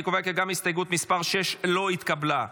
אני קובע כי גם הסתייגות 6 לא התקבלה.